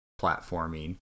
platforming